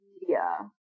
media